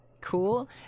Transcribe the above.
cool